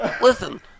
Listen